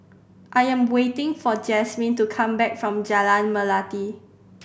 I am waiting for Jazmin to come back from Jalan Melati